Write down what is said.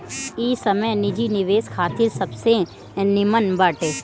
इ समय निजी निवेश खातिर सबसे निमन बाटे